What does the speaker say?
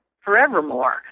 forevermore